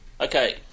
Okay